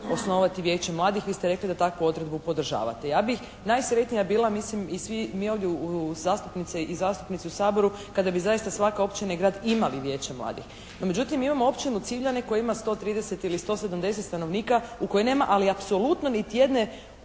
osnovati Vijeće mladih. Vi ste rekli da takvu odredbu podržavate. Ja bih najsretnija bila mislim i svi mi ovdje zastupnice i zastupnici u Saboru kada bi zaista svaka općina i grad imali Vijeće mladih. No međutim, mi imamo općinu Civljane koja ima 130 ili 170 stanovnika u kojem nema ali apsolutno niti jedne